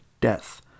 death